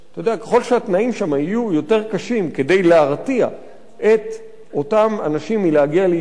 ככל שהתנאים שם יהיו יותר קשים כדי להרתיע את אותם אנשים מלהגיע לישראל,